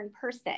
person